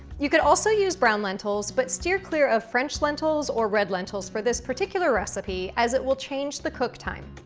you could also use brown lentils, but steer clear of french lentils or red lentils for this particular recipe as it will change the cook time.